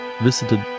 visited